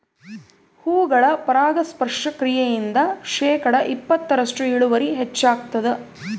ಹೂಗಳ ಪರಾಗಸ್ಪರ್ಶ ಕ್ರಿಯೆಯಿಂದ ಶೇಕಡಾ ಇಪ್ಪತ್ತರಷ್ಟು ಇಳುವರಿ ಹೆಚ್ಚಾಗ್ತದ